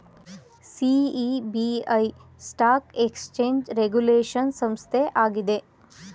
SEBI stock exchange regulation ಸಂಸ್ಥೆ ಆಗಿದೆ